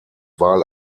wahl